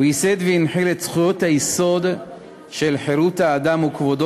ייסד והנחיל את זכויות היסוד של חירות האדם וכבודו